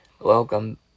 Welcome